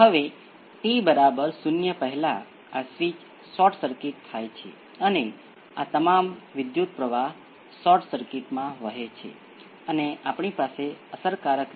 હવે આ કિસ્સામાં V c માટે વિકલન સમીકરણ આ દ્વારા આપવામાં આવે છે અને સોર્સ મુક્ત કેસ ને ઉકેલીને નેચરલ રિસ્પોન્સનું મૂલ્યાંકન કરવામાં આવે છે